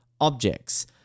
objects